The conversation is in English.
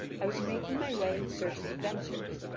i was making my way in search of adventures,